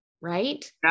right